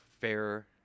fair